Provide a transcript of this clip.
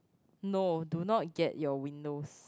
no do not get your windows